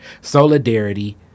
solidarity